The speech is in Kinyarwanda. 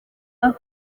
aho